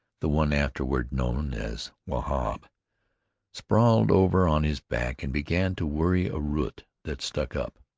the one afterward known as wahb, sprawled over on his back and began to worry a root that stuck up,